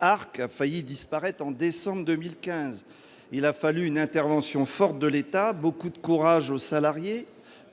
a failli disparaître en décembre 2015. Il a fallu une intervention forte de l'État et beaucoup de courage aux salariés